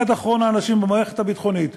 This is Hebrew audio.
עד אחרון האנשים במערכת הביטחונית,